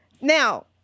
now